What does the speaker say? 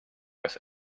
kas